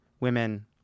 women